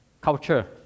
culture